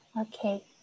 Okay